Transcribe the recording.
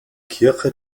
kirche